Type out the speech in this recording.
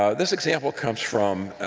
ah this example comes from